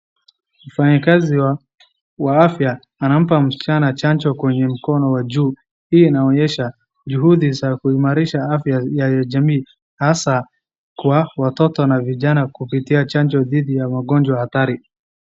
Mfanyakazi wa afya anampa msichana chanjo kwenye mkono wa juu, hii inaonyesha juhudi za kuimarisha afya ya jamii hasa kwa watoto na vijana kupitia chanjo dhidi ya magonjwa hatari.